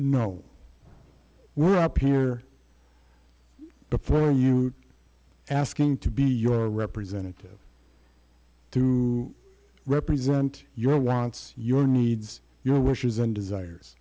no we're up here for you asking to be your representative to represent your wants your needs your wishes and desires